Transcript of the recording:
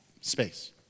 space